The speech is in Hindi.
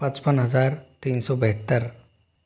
पचपन हज़ार तीन सौ बहत्तर